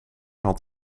had